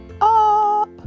up